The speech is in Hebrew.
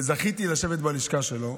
וזכיתי לשבת בלשכה שלו.